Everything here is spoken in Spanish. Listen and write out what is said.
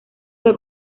fue